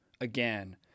again